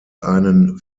einen